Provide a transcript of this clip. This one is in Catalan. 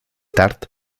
tard